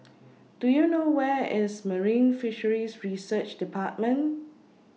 Do YOU know Where IS Marine Fisheries Research department